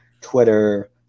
Twitter